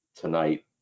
tonight